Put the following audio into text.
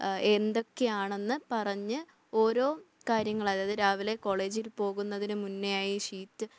എന്തൊക്കെയാണെന്ന് പറഞ്ഞ് ഓരോ കാര്യങ്ങൾ അതായത് രാവിലെ കോളേജിൽ പോകുന്നതിനു മുന്നേയായി ഷീറ്റ്